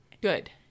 Good